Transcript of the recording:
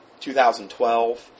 2012